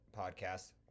podcast